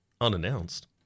Unannounced